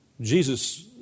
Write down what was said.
Jesus